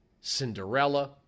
Cinderella